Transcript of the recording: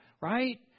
right